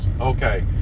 Okay